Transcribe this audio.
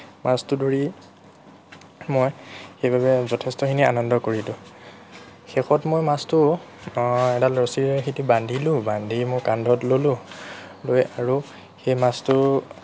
মাছটো ধৰি মই সেইবাবে যথেষ্টখিনি আনন্দ কৰিলোঁ শেষত মই মাছটো এডাল ৰছীৰে সৈতে বান্ধিলোঁ বান্ধি মোৰ কান্ধত ল'লোঁ লৈ আৰু সেই মাছটো